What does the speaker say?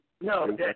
no